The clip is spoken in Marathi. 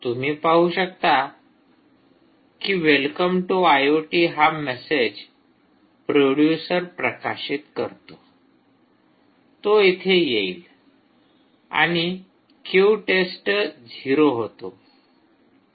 तुम्ही पाहू शकता की वेलकम टू आयओटी हा मॅसेज प्रोडूसर प्रकाशित करतो तो इथे येईल आणि क्यु टेस्ट झिरो होतो